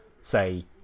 say